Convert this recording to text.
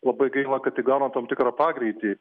labai gaila kad įgauna tam tikrą pagreitį